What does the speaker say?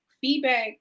feedback